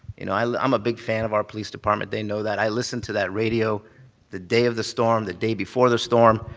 you know, like i'm a big fan of our police department, they know that. i listened to that radio the day of the storm, the day before the storm.